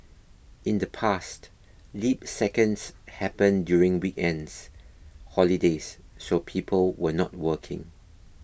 in the past leap seconds happened during weekends holidays so people were not working